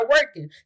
working